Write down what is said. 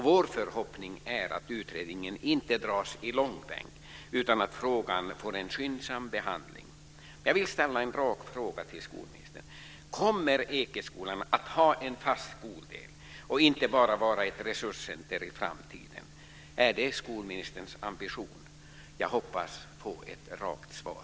Vår förhoppning är att utredningen inte dras i långbänk utan att frågan får en skyndsam behandling. Kommer Ekeskolan att ha en fast skoldel och inte bara vara ett resurscenter i framtiden? Är det skolministerns ambition? Jag hoppas få ett rakt svar.